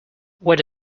where